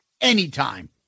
Anytime